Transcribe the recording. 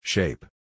Shape